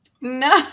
No